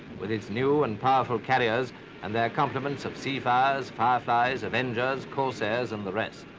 with its new and powerful carriers and their complements of seafires, fireflies, avengers, corsairs, and the rest.